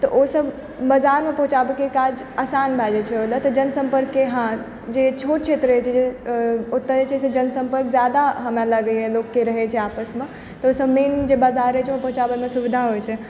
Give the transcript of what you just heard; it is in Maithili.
तऽ ओ सब बजारमे पहुँचाबैके काज आसान भए जाइत छै ओहि लए जनसम्पर्कके हँ जे छोट क्षेत्र रहै छै ओतऽ जे छै से जनसम्पर्क जादा हमरा लागैए लोकके रहै छै आपसमे तऽ ओहिसँ मेन बजार रहै छै ओहिमे पहुँचाबैमे सुविधा होइत छै